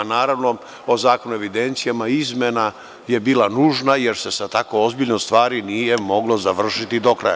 U Zakonu o evidencijama izmena je bila nužna, jer se sa tako ozbiljnom stvari nije moglo završiti do kraja.